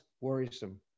worrisome